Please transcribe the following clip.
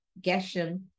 Geshem